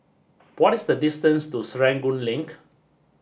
what is the distance to Serangoon Link